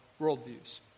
worldviews